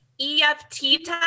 EFT